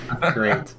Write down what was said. Great